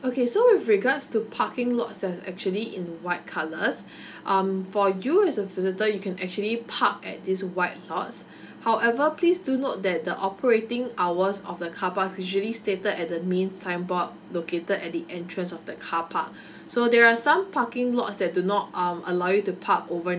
okay so with regards to parking lots as actually in white colours um for you is a visitor you can actually park at this white lots however please do note that the operating hours of a carpark usually stated at the signboard located at the entrance of the carpark so there are some parking lots that do not um allow you to park over